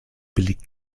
billig